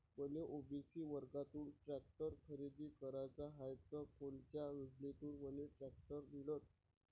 मले ओ.बी.सी वर्गातून टॅक्टर खरेदी कराचा हाये त कोनच्या योजनेतून मले टॅक्टर मिळन?